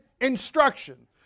instruction